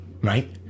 Right